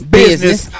business